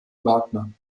wagner